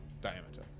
diameter